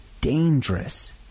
dangerous